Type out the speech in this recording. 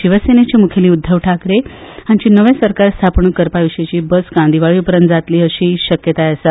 शिवसेनेचे मुखेली उद्धव ठाकरे हांची नवें सरकार स्थापणूक करपा विशींची बसका दिवाळी उपरांत जातली अशी शक्यताय आसा